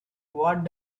what